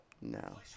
No